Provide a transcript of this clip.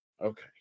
Okay